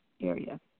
area